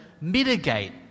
mitigate